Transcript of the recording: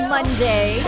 Monday